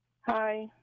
Hi